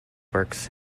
works